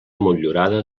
motllurada